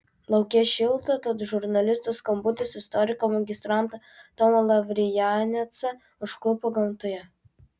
lauke šilta tad žurnalisto skambutis istoriką magistrantą tomą lavrijanecą užklupo gamtoje